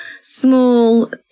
small